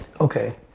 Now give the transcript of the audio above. Okay